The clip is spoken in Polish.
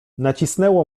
nacisnęło